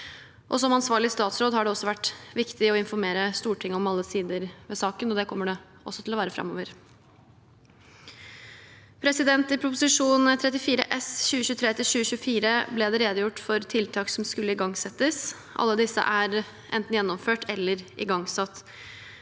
Som ansvarlig statsråd har det også vært viktig å informere Stortinget om alle sider ved saken, og det kommer det også til å være framover. I Prop. 34 S for 2023–2024 ble det redegjort for tiltak som skulle igangsettes. Alle disse er enten gjennomført eller igangsatt.